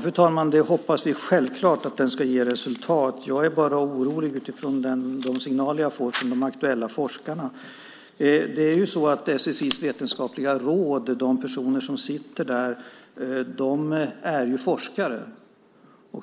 Fru talman! Det är självklart att vi hoppas att den ska ge resultat. Jag är bara orolig utifrån de signaler jag får från de aktuella forskarna. SSI:s vetenskapliga råd och de personer som sitter där är forskare.